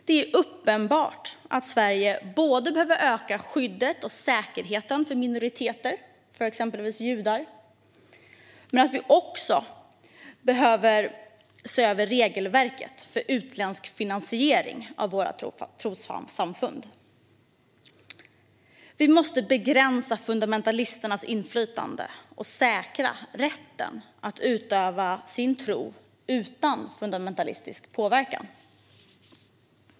Det är uppenbart att Sverige behöver öka både skyddet av och säkerheten för minoriteter, exempelvis judar, men också se över regelverket för utländsk finansiering av våra trossamfund. Vi måste begränsa fundamentalisternas inflytande och säkra människors rätt att utöva sin tro utan fundamentalistisk påverkan.